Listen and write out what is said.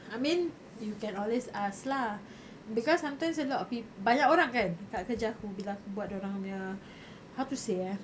I mean you can always ask lah bcause sometimes a lot of peo~ banyak orang kan kat kerja aku bila aku buat dia orang punya how to say ah